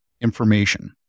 information